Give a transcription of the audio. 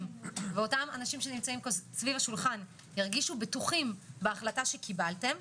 ואנשים שנמצאים סביב השולחן ירגישו בטוחים בהחלטה שקיבלתם,